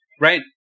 Right